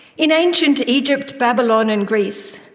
in ancient egypt, babylon and greece,